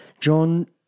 John